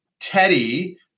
Teddy